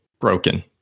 broken